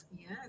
Yes